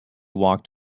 walked